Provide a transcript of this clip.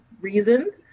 reasons